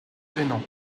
hainan